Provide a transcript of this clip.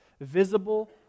visible